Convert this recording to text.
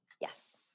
Yes